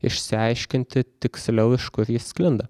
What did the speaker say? išsiaiškinti tiksliau iš kur jis sklinda